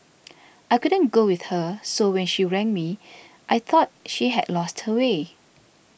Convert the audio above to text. I couldn't go with her so when she rang me I thought she had lost her way